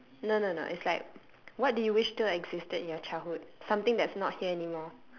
no no no it's like what do you wish still existed in your childhood something that's not here anymore